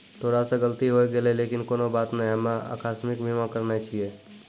तोरा से गलती होय गेलै लेकिन कोनो बात नै हम्मे अकास्मिक बीमा करैने छिये